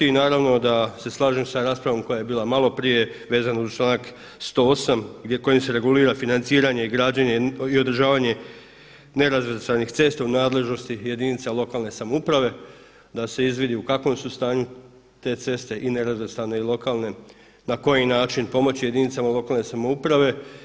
I naravno da se slažem sa raspravom koja je bila malo prije vezano uz članak 108. kojim se regulira financiranje i građenje i održavanje nerazvrstanih cesta u nadležnosti jedinica lokalne samouprave da se izvidi u kakvom su stanju te ceste i nerazvrstane i lokalne, na koji način pomoći jedinicama lokalne samouprave.